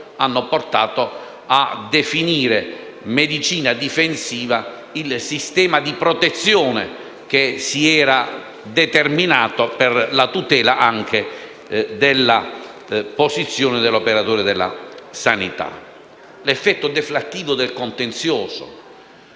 hanno portato a definire medicina difensiva il sistema di protezione che si era determinato per la tutela anche della posizione dell'operatore della sanità. Vi è poi l'effetto deflattivo del contenzioso: